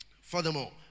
Furthermore